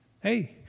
hey